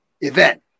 event